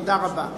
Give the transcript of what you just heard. תודה רבה.